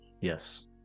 Yes